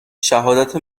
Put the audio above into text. شهادت